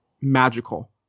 magical